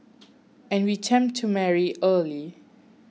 and we tend to marry early